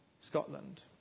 Scotland